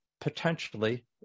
potentially